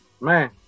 man